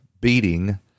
beating